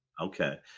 Okay